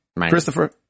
Christopher